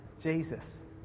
Jesus